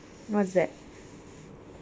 what's that